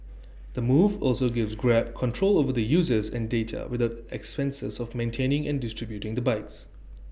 the move also gives grab control over the users and data with the expenses of maintaining and distributing the bikes